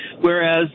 whereas